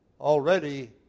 already